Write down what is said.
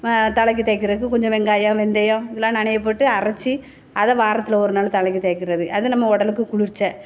தலைக்கு தேய்க்கிறக்கு கொஞ்சம் வெங்காயம் வெந்தயம் இதெல்லாம் நனைய போட்டு அரைச்சி அதை வாரத்தில் ஒரு நாள் தலைக்கு தேய்க்கிறது அது நம்ம உடலுக்கு குளிர்ச்சி